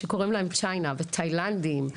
שקורים להם "צ'יינה" ו"תאילנדים".